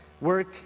work